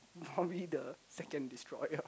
how we the second destroyer